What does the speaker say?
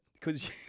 cause